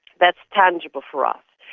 that's tangible for us.